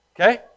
Okay